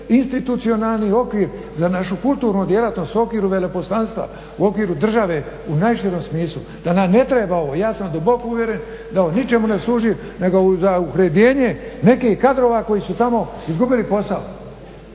institucionalni okvir za našu kulturnu djelatnost u okviru države u najširem smislu da nam ne treba ovo. Ja sam duboko uvjeren da ovo ničemu ne služi nego za uhljebljenje nekih kadrova koji su tamo izgubili posao.